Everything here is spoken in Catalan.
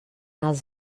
els